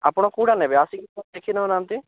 ଆପଣ କେଉଁଟା ନେବେ ଆସିକି ଥରେ ଦେଖି ଦେଉନାହାନ୍ତି